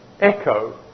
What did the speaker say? echo